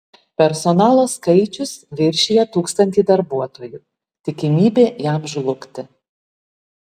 personalo skaičius viršija tūkstanti darbuotojų tikimybė jam žlugti